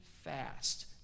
fast